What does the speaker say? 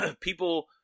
people